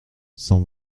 cent